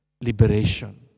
liberation